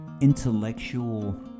intellectual